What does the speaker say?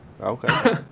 Okay